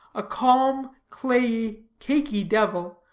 a calm, clayey, cakey devil,